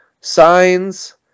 signs